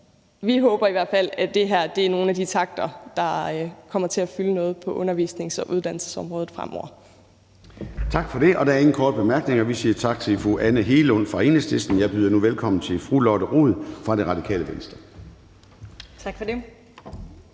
vi håber i hvert fald, at det her er nogle af de takter, der kommer til at fylde noget på undervisnings- og uddannelsesområdet fremover. Kl. 13:51 Formanden (Søren Gade): Tak for det. Der er ingen korte bemærkninger. Vi siger tak til fru Anne Hegelund fra Enhedslisten. Jeg byder nu velkommen til fru Lotte Rod fra Radikale Venstre. Kl.